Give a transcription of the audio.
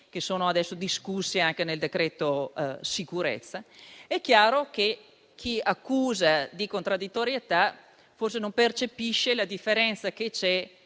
che sono adesso discussi anche nel decreto sicurezza. È chiaro che chi muove accuse di contraddittorietà forse non percepisce la differenza che c'è